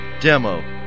Demo